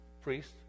priest